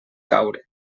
caure